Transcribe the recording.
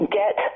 get